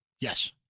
Yes